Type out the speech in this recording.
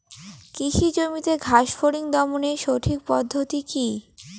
কৃষি জমিতে ঘাস ফরিঙ দমনের সঠিক পদ্ধতি কি?